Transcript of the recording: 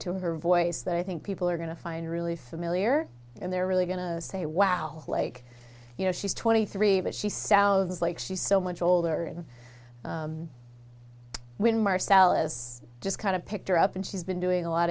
to her voice that i think people are going to find really familiar and they're really going to say wow like you know she's twenty three but she sounds like she's so much older in when marcellus just kind of picked her up and she's been doing a lot